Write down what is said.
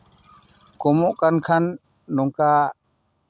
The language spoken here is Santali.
ᱠᱚᱢᱚᱜ ᱠᱟᱱ ᱠᱷᱟᱱ ᱱᱚᱝᱠᱟ